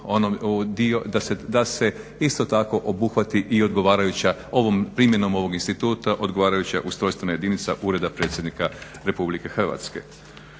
da se isto tako obuhvati odgovarajuće ovom primjenom ovog instituta odgovarajuća ustrojstvena jedinica Ureda predsjednika RH.